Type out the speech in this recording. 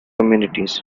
communities